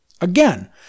Again